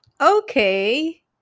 okay